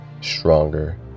Stronger